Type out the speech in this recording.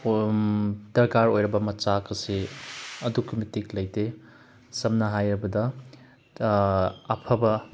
ꯗꯔꯀꯥꯔ ꯑꯣꯏꯔꯛꯄ ꯃꯆꯥꯛ ꯑꯁꯤ ꯑꯗꯨꯛꯀꯤ ꯃꯇꯤꯛ ꯂꯩꯇꯦ ꯁꯝꯅ ꯍꯥꯏꯔꯕꯗ ꯑꯐꯕ